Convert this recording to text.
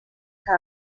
que